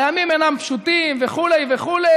הימים אינם פשוטים" וכו' וכו',